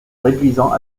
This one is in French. réduisant